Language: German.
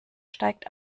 steigt